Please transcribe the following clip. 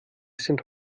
sind